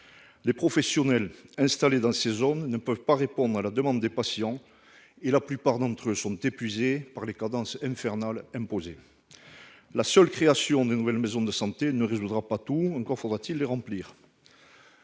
Les professionnels installés dans ces zones ne peuvent pas répondre à la demande des patients, et la plupart d'entre eux sont épuisés par les cadences infernales imposées. La seule création de nouvelles maisons de santé ne résoudra pas tout- encore faudra-t-il les remplir